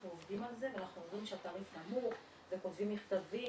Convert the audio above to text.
עובדים על זה ואנחנו אומרים שהתעריף נמוך וכותבים מכתבים